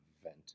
event